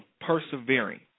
persevering